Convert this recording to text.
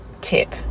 tip